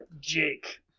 Jake